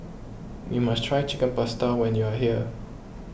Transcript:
you must try Chicken Pasta when you are here